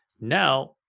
Now